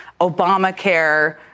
Obamacare